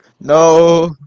No